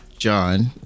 John